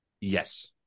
Yes